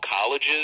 colleges